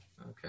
Okay